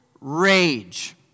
rage